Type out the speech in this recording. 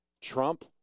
Trump